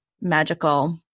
magical